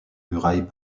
murailles